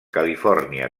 califòrnia